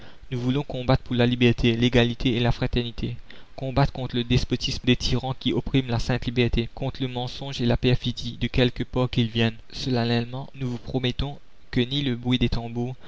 nous voulons combattre pour la liberté l'égalité et la fraternité combattre contre le despotisme des tyrans qui oppriment la sainte liberté contre le mensonge et la perfidie de quelque part qu'ils viennent solennellement nous vous promettons que ni le bruit des tambours